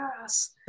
Yes